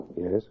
Yes